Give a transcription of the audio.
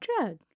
drug